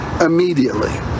immediately